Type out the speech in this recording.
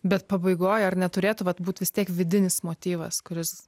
bet pabaigoj ar neturėtų vat būt vis tiek vidinis motyvas kuris